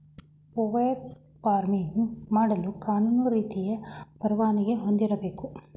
fur farming ಮಾಡಲು ಕಾನೂನು ರೀತಿಯ ಪರವಾನಿಗೆ ಹೊಂದಿರಬೇಕು